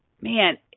Man